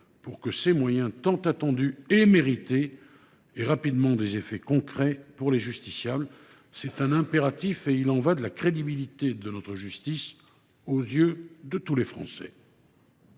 pour que ces moyens tant attendus et mérités emportent rapidement des effets concrets pour les justiciables. C’est un impératif. Il y va de la crédibilité de notre justice aux yeux de tous les Français.